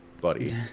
buddy